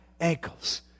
ankles